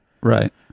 Right